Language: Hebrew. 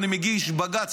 ואני מגיש בג"ץ,